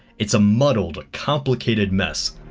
it's a muddled a complicated mess,